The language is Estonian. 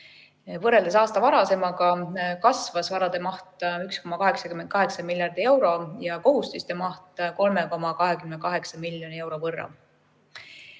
Võrreldes aasta varasemaga kasvas varade maht 1,88 miljardi euro ja kohustiste maht 3,28 miljoni euro